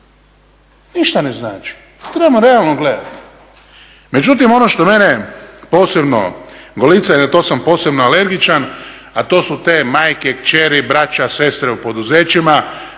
ništa ne znači. To trebamo realno gledati. Međutim, ono što mene posebno golica i na to sam posebno alergičan a to su te majke, kćeri, brača, sestre u poduzećima